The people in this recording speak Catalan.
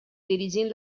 dirigint